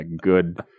good